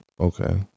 Okay